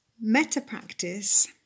Meta-practice